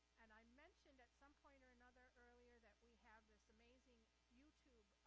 and i mentioned at some point or another earlier, that we have this amazing youtube